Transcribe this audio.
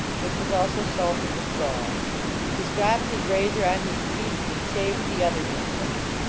which was also salted with gall he stropped his razor on his cheek and shaved the other man with it.